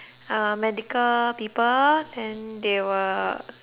uh medical people and they will